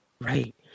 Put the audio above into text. Right